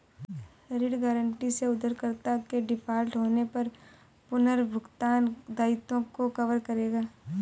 ऋण गारंटी से उधारकर्ता के डिफ़ॉल्ट होने पर पुनर्भुगतान दायित्वों को कवर करेगा